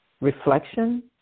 reflection